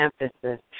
emphasis